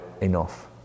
enough